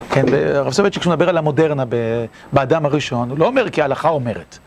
כן, הרב סבביץ' כשאנחנו נדבר על המודרנה באדם הראשון, הוא לא אומר כי ההלכה אומרת.